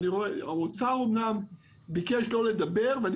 האוצר אמנם ביקש לא לדבר בדיון ואני